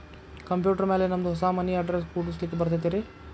Computer ಮ್ಯಾಲೆ ನಮ್ದು ಹೊಸಾ ಮನಿ ಅಡ್ರೆಸ್ ಕುಡ್ಸ್ಲಿಕ್ಕೆ ಬರತೈತ್ರಿ?